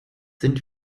sind